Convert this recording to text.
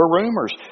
rumors